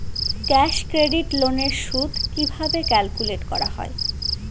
Cash credit loan এর সুদ কিভাবে ক্যালকুলেট করা হয়?